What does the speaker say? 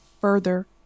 further